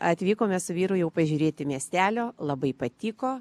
atvykome su vyru jau pažiūrėti miestelio labai patiko